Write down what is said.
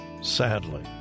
sadly